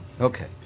Okay